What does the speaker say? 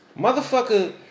Motherfucker